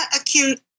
Acute